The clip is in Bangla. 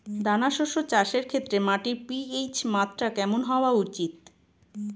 দানা শস্য চাষের ক্ষেত্রে মাটির পি.এইচ মাত্রা কেমন হওয়া উচিৎ?